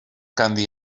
ganddi